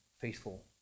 faithful